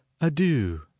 Adieu